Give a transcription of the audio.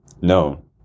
No